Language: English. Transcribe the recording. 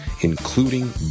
including